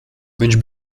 viņš